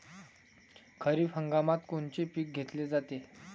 खरिप हंगामात कोनचे पिकं घेतले जाते?